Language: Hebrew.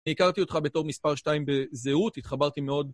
אני הכרתי אותך בתור מספר שתיים בזהות, התחברתי מאוד.